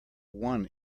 one